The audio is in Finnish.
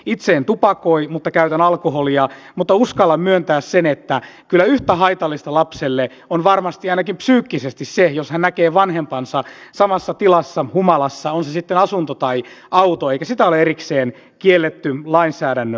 itse en tupakoi mutta käytän alkoholia mutta uskallan myöntää sen että kyllä yhtä haitallista lapselle on varmasti ainakin psyykkisesti se jos hän näkee vanhempansa samassa tilassa humalassa on se sitten asunto tai auto eikä sitä ole erikseen kielletty lainsäädännössä